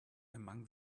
among